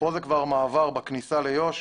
זה מעבר בכניסה ליו"ש.